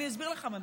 ואסביר לך מדוע.